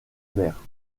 mère